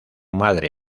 madre